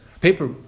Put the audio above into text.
Paper